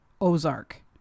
Ozark